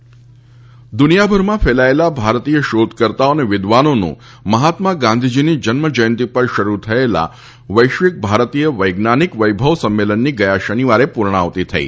વૈભવ સંમેલન દુનિયાભરમાં ફેલાયેલા ભારતીય શોધકર્તાઓ અને વિદ્વાનોનું મહાત્મા ગાંધીજીની જન્મ જ્યંતિ પર શરૂ થયેલા વૈશ્વિક ભારતીય વૈજ્ઞાનિક વૈભવ સંમેલનની ગયા શનિવારે પૂર્ણાહતિ થઇ